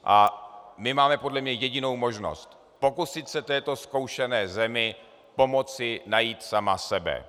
My máme podle mě jedinou možnost pokusit se této zkoušené zemi pomoci najít samu sebe.